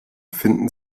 finden